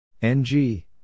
NG